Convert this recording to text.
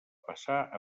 passar